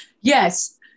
Yes